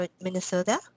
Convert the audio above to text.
Minnesota